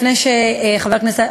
לפני חבר הכנסת,